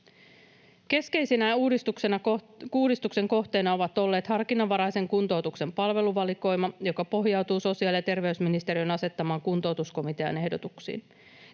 Keskeisenä uudistuksen kohteena on ollut harkinnanvaraisen kuntoutuksen palveluvalikoima, joka pohjautuu sosiaali- ja terveysministeriön asettaman kuntoutuskomitean ehdotuksiin.